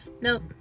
Nope